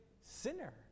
sinner